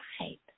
right